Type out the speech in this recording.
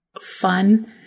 fun